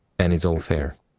and it's all fair.